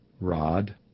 Rod